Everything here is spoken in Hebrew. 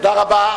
תודה רבה.